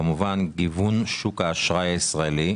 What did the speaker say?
כמובן גיוון שוק האשראי הישראלי,